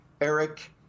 Eric